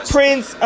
Prince